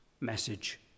message